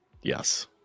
Yes